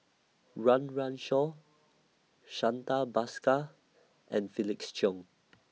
Shui Lan Ali Iskandar Shah and Surtini Sarwan